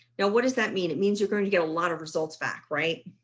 now what does that mean? it means you're going to get a lot of results back right